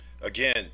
again